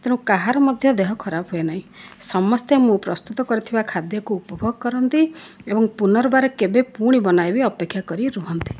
ତେଣୁ କାହାର ମଧ୍ୟ ଦେହ ଖରାପ ହୁଏ ନାହିଁ ସମସ୍ତେ ମୁଁ ପ୍ରସ୍ତୁତ କରିଥିବା ଖାଦ୍ୟକୁ ଉପଭୋଗ କରନ୍ତି ଏବଂ ପୁନଃର୍ବାର କେବେ ପୁଣି ବନାଇବି ଅପେକ୍ଷା କରି ରୁହନ୍ତି